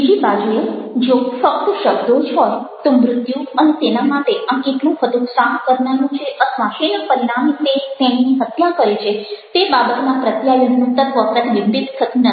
બીજી બાજુએ જો ફક્ત શબ્દો જ હોય તો મૃત્યુ અને તેના માટે આ કેટલું હતોત્સાહ કરનારું છે અથવા શેના પરિણામે તે તેણીની હત્યા કરે છે તે બાબતના પ્રત્યાયનનું તત્વ પ્રતિબિંબિત થતું નથી